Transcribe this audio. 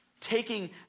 taking